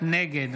נגד